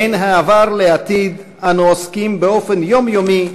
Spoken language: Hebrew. בין העבר לעתיד אנו עוסקים באופן יומיומי